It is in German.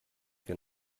wir